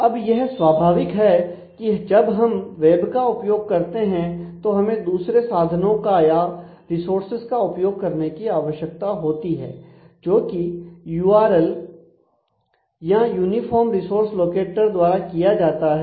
अब यह स्वाभाविक है कि जब हम वेब का उपयोग करते हैं तो हमें दूसरे साधनों का या रिसोर्सेस का उपयोग करने की आवश्यकता होती है जोकि यूआरएल द्वारा किया जाता है